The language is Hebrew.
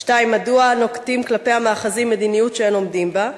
2. מדוע נוקטים כלפי המאחזים מדיניות שאין עומדים בה?